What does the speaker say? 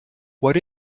what